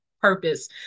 purpose